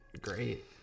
great